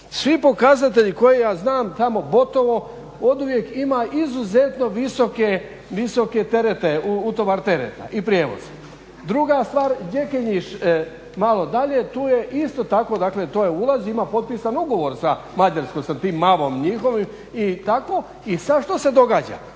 Svi pokazatelji koje ja znam tamo Botovo oduvijek ima izuzetno visoke terete, utovar tereta i prijevoza. Druga star Đekenjiš malo dalje tu je isto tako, dakle to je ulaz, ima potpisan ugovor sa Mađarskom sa tim MAV-om njihovim i tako. I sad što se događa?